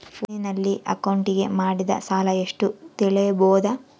ಫೋನಿನಲ್ಲಿ ಅಕೌಂಟಿಗೆ ಮಾಡಿದ ಸಾಲ ಎಷ್ಟು ತಿಳೇಬೋದ?